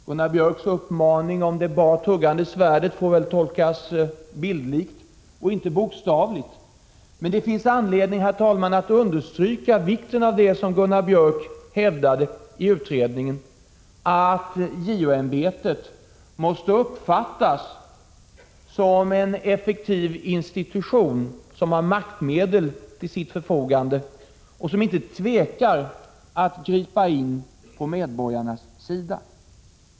Gunnar Biörcks uppmaning om det bart huggande svärdet får väl tolkas bildligt och inte bokstavligt. Men det finns anledning att understryka vikten av det som Gunnar Biörck hävdade i utredningen, att JO-ämbetet måste uppfattas som en effektiv institution som har maktmedel till sitt förfogande och som inte tvekar att gripa in på medborgarnas sida.